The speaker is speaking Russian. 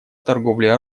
торговле